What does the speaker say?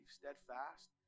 steadfast